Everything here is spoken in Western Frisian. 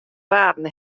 waarden